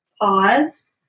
Pause